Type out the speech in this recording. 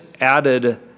added